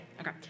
Okay